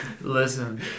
Listen